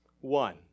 one